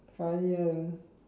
funny ah that one